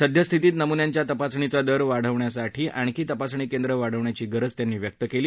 सद्यस्थितीत नमुन्यांच्या तपासणीचा दर वाढण्यासाठी आणखी तपासणी केंद्र वाढवण्याची गरज त्यांनी व्यक्त कली